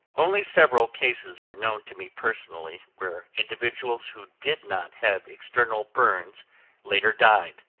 only several cases are known to me personally where individuals who did not have external burns later died.